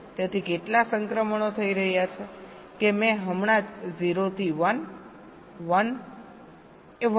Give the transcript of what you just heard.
તેથી કેટલા સંક્રમણો થઈ રહ્યા છે કે મેં હમણાં જ 0 થી 1 1 1 થી 2 નો ઉલ્લેખ કર્યો છે